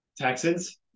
Texans